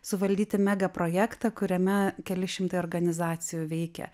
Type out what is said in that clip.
suvaldyti megaprojektą kuriame keli šimtai organizacijų veikia